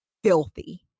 filthy